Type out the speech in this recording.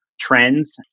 trends